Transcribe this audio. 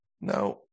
Now